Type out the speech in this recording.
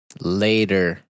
Later